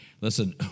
listen